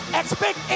expect